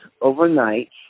overnight